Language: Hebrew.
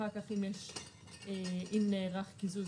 אחר כך אם נערך קיזוז,